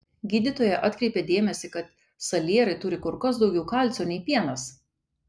gydytoja atkreipė dėmesį kad salierai turi kur kas daugiau kalcio nei pienas